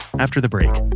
after the break